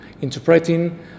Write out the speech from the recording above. interpreting